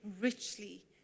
richly